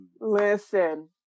Listen